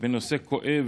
בנושא כואב,